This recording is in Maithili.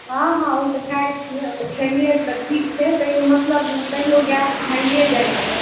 हँ हँ ओ तऽ खाइ छिए ओ तऽ ठीक छै तैओ मतलब तैओ गैस भइए जाइ छै